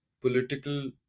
political